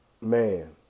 man